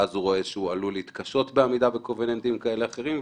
שהוא רואה שהוא עלול להתקשות בעמידה בקובננטים כאלה ואחרים.